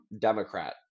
Democrat